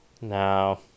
Now